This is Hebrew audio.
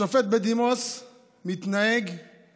השופט בדימוס מתנהג אל